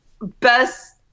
best